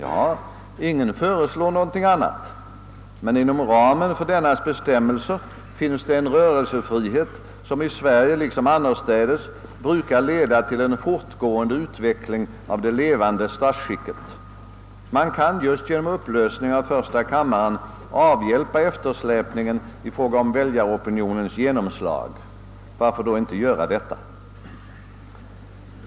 Ja, ingen föreslår någonting annat. Men inom ramen för dennas bestämmelser finns det en rörelsefrihet som i Sverige liksom annorstädes brukar leda till en fortgående utveckling av det levande statsskicket. Man kan just genom upplösning av första kammaren avhjälpa eftersläpningen i fråga om väljaropinionens genomslag. Varför då inte göra detta?